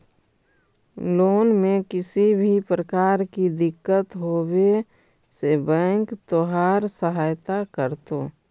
loan में किसी भी प्रकार की दिक्कत होवे से बैंक तोहार सहायता करतो